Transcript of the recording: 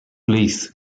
leith